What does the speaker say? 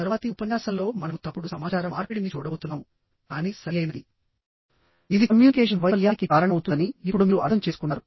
తరువాతి ఉపన్యాసంలోమనము తప్పుడు సమాచార మార్పిడిని చూడబోతున్నాముకానీ సరియైనది ఇది కమ్యూనికేషన్ వైఫల్యానికి కారణమవుతుందని ఇప్పుడు మీరు అర్థం చేసుకున్నారు